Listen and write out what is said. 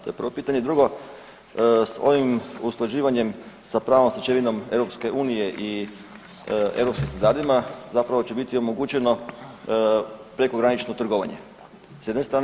To je prvo pitanje i drugo s ovim usklađivanjem s pravnom stečevinom EU i europskim standardima zapravo će biti omogućeno prekogranično trgovanje, s jedne strane.